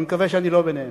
אני מקווה שאני לא ביניהם.